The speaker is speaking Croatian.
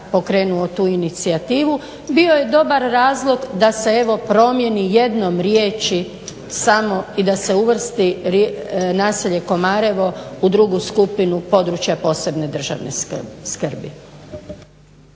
pokrenuo tu inicijativu bio je dobar razlog da se evo promijeni jednom riječi samo i da se uvrsti naselje Komarevo u drugu skupinu područja posebne državne skrbi.